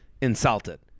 insulted